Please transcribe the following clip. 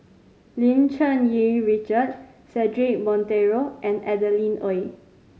Lim Cherng Yih Richard Cedric Monteiro and Adeline Ooi